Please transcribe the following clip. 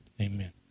amen